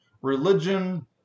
religion